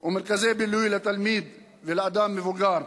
ומרכזי בילוי לתלמיד ולאדם מבוגר,